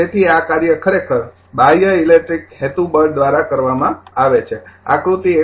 તેથી આ કાર્ય ખરેખર બાહ્ય ઇલેક્ટ્રિક હેતુ બળ દ્વારા કરવામાં આવે છે આકૃતિ ૧